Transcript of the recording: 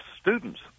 students